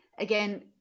Again